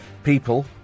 people